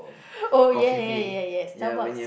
oh ya ya ya yes Starbucks